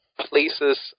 Places